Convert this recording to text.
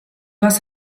was